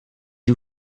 you